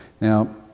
Now